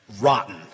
rotten